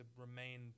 remain